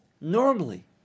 normally